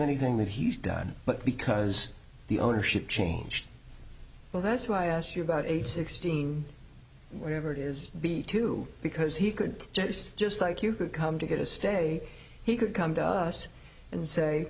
anything that he's done but because the ownership changed well that's why i asked you about age sixteen whatever it is b two because he could just just like you could come to get a stay he could come to us and say